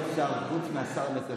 גלית?